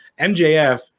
MJF